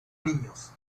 niños